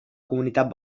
comunitat